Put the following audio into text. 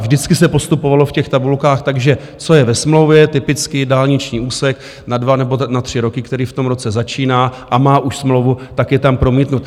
Vždycky se postupovalo v tabulkách tak, že co je ve smlouvě, typicky dálniční úsek na dva nebo na tři roky, který v tom roce začíná a má už smlouvu, je tam promítnut.